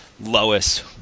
Lois